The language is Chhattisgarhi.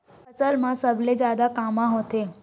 फसल मा सबले जादा कामा होथे?